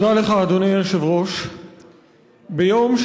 תודה לחבר הכנסת ישראל אייכלר.